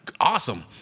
awesome